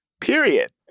period